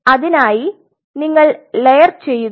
അതിനായി നിങ്ങൾ ലെയർ ചെയ്യുക